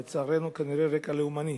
לצערנו כנראה הרקע לאומני.